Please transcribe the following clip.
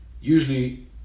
Usually